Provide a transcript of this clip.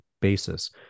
basis